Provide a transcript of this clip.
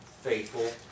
faithful